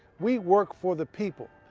we work for the people,